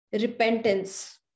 Repentance